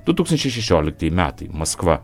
du tūkstančiai šešioliktieji metai maskva